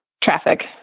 traffic